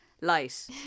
light